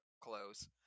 close